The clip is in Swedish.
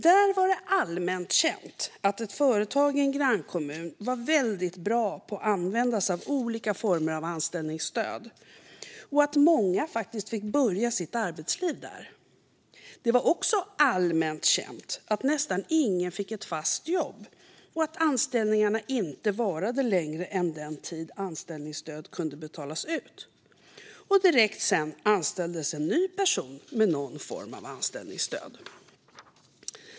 Där var det "allmänt känt" att ett företag i en grannkommun var väldigt bra på att använda sig av olika former av anställningsstöd och att många faktiskt fick börja sitt arbetsliv där. Det var också "allmänt känt" att nästan ingen fick ett fast jobb och att anställningarna inte varade längre än den tid som anställningsstöd kunde betalas ut. Och direkt anställdes sedan en ny person med någon form av anställningsstöd.